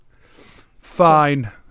Fine